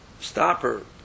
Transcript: stopper